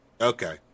Okay